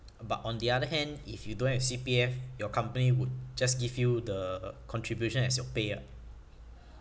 but on the other hand if you don't have C_P_F your company would just give you the contribution as your pay ah